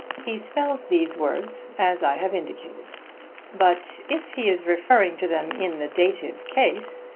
he spells these words as i have indicated but if he is referring to them in the dative case,